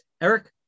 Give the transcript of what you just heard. Eric